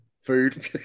food